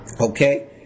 Okay